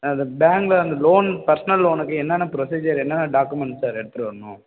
அந்த பேங்கில் அந்த லோன் பர்சனல் லோனுக்கு என்னன்ன ப்ரொசிஜர் என்னன்ன டாக்குமெண்ட்ஸ் சார் எடுத்துகிட்டு வரணும்